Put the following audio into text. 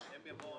בוקר